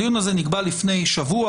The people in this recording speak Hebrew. הדיון הזה נקבע לפני שבוע,